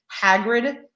Hagrid